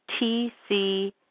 TC